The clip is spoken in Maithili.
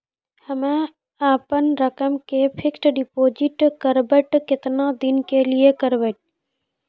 हम्मे अपन रकम के फिक्स्ड डिपोजिट करबऽ केतना दिन के लिए करबऽ?